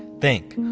think!